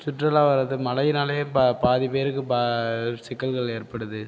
சுற்றுலா வரது மழையினாலேயே பாதி பேருக்கு சிக்கல்கள் ஏற்படுது